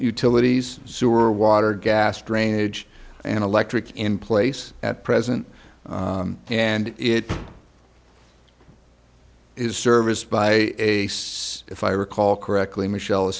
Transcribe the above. utilities sewer water gas drainage and electric in place at present and it is serviced by a if i recall correctly michel